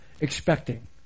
expecting